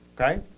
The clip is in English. okay